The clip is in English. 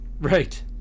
Right